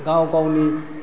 गाव गावनि